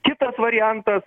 kitas variantas